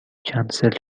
کنسل